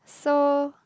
so